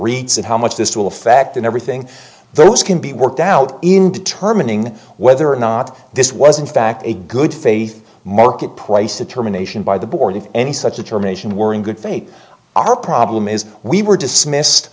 reeds and how much this will affect and everything there was can be worked out in determining whether or not this was in fact a good faith market price the termination by the board if any such determination were in good faith our problem is we were dismissed